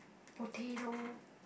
potato